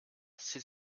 s’il